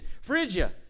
Phrygia